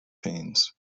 pains